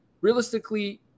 realistically